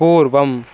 पूर्वम्